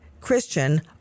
Christian